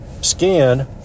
scan